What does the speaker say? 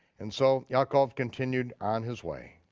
and so yaakov continued on his way